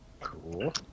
Cool